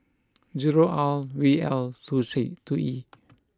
zero R V L two E